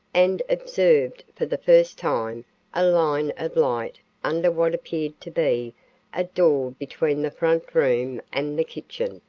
and observed for the first time a line of light under what appeared to be a door between the front room and the kitchen.